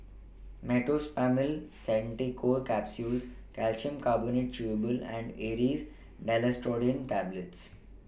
Meteospasmyl Simeticone Capsules Calcium Carbonate Chewable and Aerius DesloratadineTablets